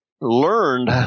learned